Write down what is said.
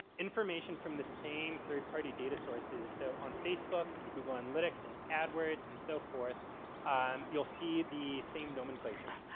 information from the same third-party data sources. so, on facebook and google analytics, and adwords, and so forth um you'll see the same nomenclature.